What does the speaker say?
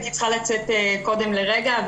הייתי צריכה לצאת קודם לרגע,